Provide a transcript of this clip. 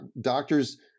doctors